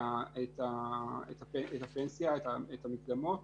הפנסיה, את המקדמות.